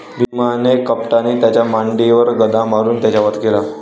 भीमाने कपटाने त्याच्या मांडीवर गदा मारून त्याचा वध केला